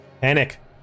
Panic